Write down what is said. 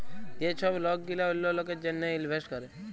যে ছব লক গিলা অল্য লকের জ্যনহে ইলভেস্ট ক্যরে